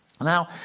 Now